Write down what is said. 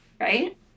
right